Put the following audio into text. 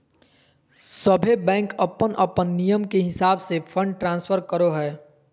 सभे बैंक अपन अपन नियम के हिसाब से फंड ट्रांस्फर करो हय